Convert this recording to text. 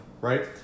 Right